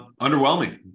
underwhelming